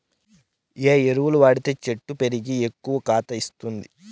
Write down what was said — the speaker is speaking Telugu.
ఏ ఎరువులు వాడితే చెట్టు పెరిగి ఎక్కువగా కాత ఇస్తుంది?